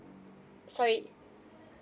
sorry